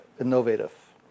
innovative